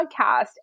podcast